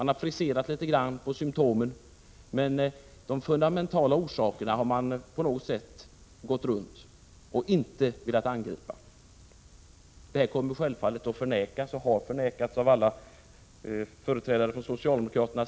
De har friserat symtomen litet grand, men de fundamentala orsakerna har de på något sätt gått runt och inte velat angripa. Detta kommer självfallet att förnekas, och har förnekats, av företrädare för socialdemokraterna.